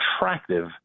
attractive